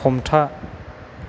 हमथा